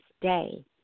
day